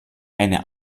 eine